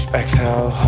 exhale